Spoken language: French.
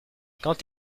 quand